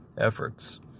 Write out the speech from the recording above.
efforts